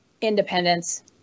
independence